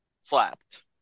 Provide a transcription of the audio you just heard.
slapped